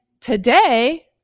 today